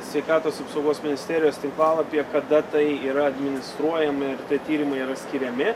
sveikatos apsaugos ministerijos tinklalapyje kada tai yra administruojami ir tie tyrimai yra skiriami